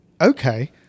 Okay